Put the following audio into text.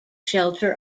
shelter